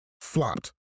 flopped